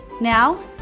Now